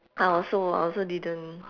I also I also didn't